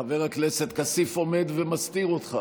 חבר הכנסת כסיף עומד ומסתיר אותך,